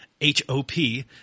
H-O-P